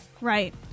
Right